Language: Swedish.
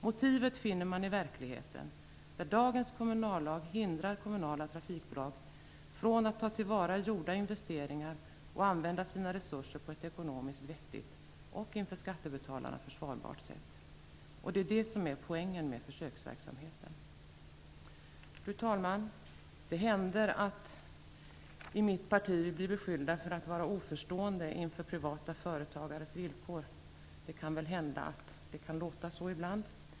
Motivet finner man i verkligheten, där dagens kommunallag hindrar kommunala trafikbolag från att ta till vara gjorda investeringar och använda sina resurser på ett ekonomiskt vettigt och inför skattebetalarna försvarbart sätt, och det är det som är poängen med försöksverksamheten. Fru talman! Det händer att vi i mitt parti blir beskyllda för att vara oförstående inför privata företagares villkor. Det kan väl hända att det ibland kan låta så.